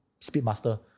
Speedmaster